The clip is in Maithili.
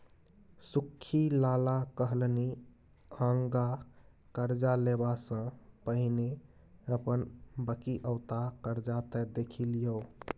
सुख्खी लाला कहलनि आँगा करजा लेबासँ पहिने अपन बकिऔता करजा त देखि लियौ